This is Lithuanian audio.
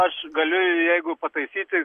aš galiu jeigu pataisyti